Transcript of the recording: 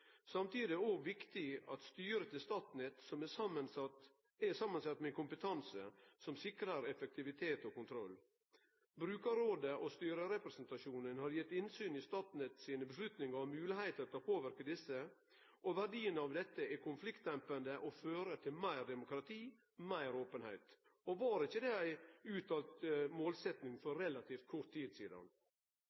Samtidig er det òg viktig at styret til Statnett er samansett med ein kompetanse som sikrar effektivitet og kontroll. Brukarrådet og styrerepresentasjonen har gitt innsyn i Statnetts avgjerder og moglegheiter til å påverke desse. Verdien av dette er konfliktdempande og fører til meir demokrati, meir openheit. Var ikkje det ei uttalt målsetjing for relativt kort tid sidan?